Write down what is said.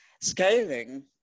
Scaling